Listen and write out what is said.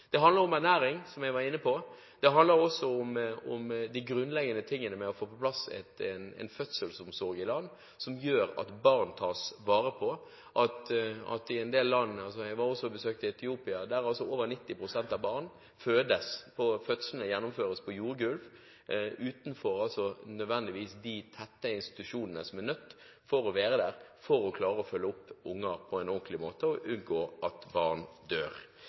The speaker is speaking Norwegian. Det handler om ernæring, som jeg var inne på. Det handler også om det grunnleggende med å få på plass en fødselsomsorg i disse landene, som gjør at barn tas vare på. Jeg besøkte også Etiopia, der over 90 pst. av barna fødes på jordgulv, utenfor de tette institusjonene som er nødt til å være der for å følge opp unger på en ordentlig måte for å unngå at de dør.